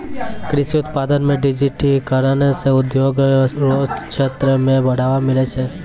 कृषि उत्पादन मे डिजिटिकरण से उद्योग रो क्षेत्र मे बढ़ावा मिलै छै